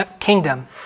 kingdom